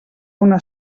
una